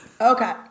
Okay